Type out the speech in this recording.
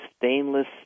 stainless